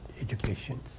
education